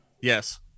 Yes